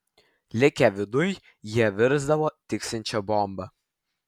likę viduj jie virsdavo tiksinčia bomba